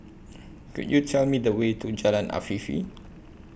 Could YOU Tell Me The Way to Jalan Afifi